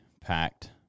packed